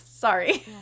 Sorry